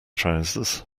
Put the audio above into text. trousers